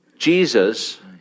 Jesus